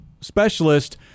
specialist